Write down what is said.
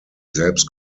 selbst